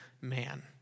man